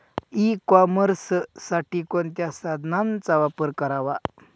E कॉमर्ससाठी कोणत्या साधनांचा वापर करावा?